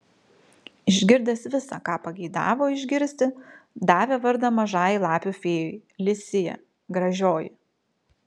išgirdęs visa ką pageidavo išgirsti davė vardą mažajai lapių fėjai li sija gražioji